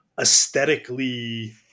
aesthetically